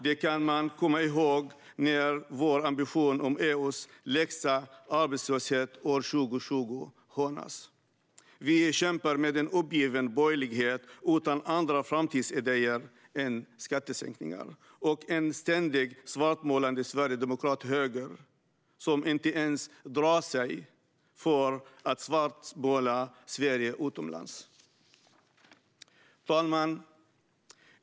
Detta ska man komma ihåg när vår ambition om EU:s lägsta arbetslöshet år 2020 hånas. Vi kämpar med en uppgiven borgerlighet utan andra framtidsidéer än skattesänkningar och en ständigt svartmålande sverigedemokrathöger, som inte ens drar sig för att svartmåla Sverige utomlands. Herr talman!